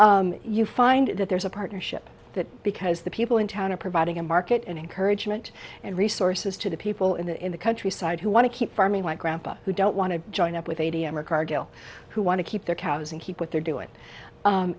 you find that there's a partnership that because the people in town are providing a market and encouragement and resources to the people in the in the countryside who want to keep farming my grampa who don't want to join up with a d m or cargill who want to keep their cows and keep what they're doing